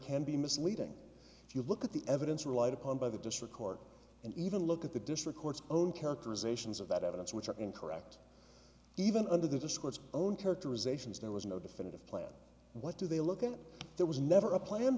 can be misleading if you look at the evidence relied upon by the district court and even look at the district court's own characterizations of that evidence which are incorrect even under the discords own characterizations there was no definitive plan what do they look at there was never a plan